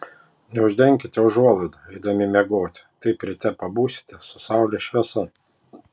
neuždenkite užuolaidų eidami miegoti taip ryte pabusite su saulės šviesa